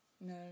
no